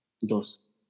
Dos